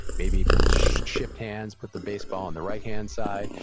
maybe shift hands, put the baseball on the right hand side.